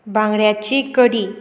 बांगड्याची कडी